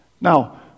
Now